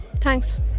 Thanks